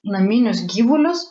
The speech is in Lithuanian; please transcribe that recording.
naminius gyvulius